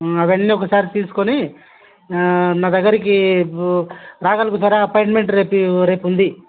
అవన్నీ ఒకసారి తీసుకొని నా దగ్గరకి రాగలుగుతారా అపాయింట్మెంట్ రేపు రేపు ఉంది